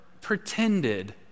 pretended